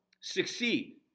succeed